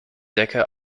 decke